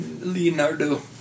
Leonardo